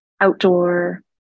outdoor